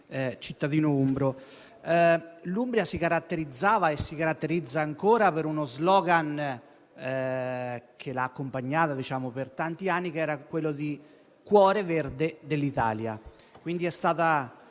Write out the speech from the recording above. L'Umbria si caratterizzava e si caratterizza ancora per uno *slogan* che l'ha accompagnata per tanti anni, che è quello di «cuore verde d'Italia».